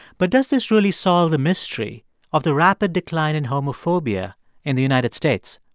but does this really solve the mystery of the rapid decline in homophobia in the united states?